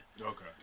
Okay